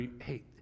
hey